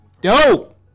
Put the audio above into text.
dope